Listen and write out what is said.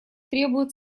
требует